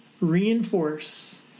reinforce